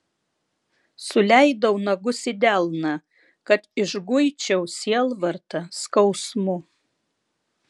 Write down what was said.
suleidau nagus į delną kad išguičiau sielvartą skausmu